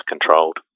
controlled